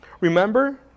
Remember